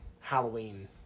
Halloween